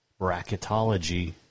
Bracketology